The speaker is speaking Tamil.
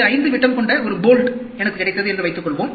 5 விட்டம் கொண்ட ஒரு போல்ட் எனக்கு கிடைத்தது என்று வைத்துக்கொள்வோம்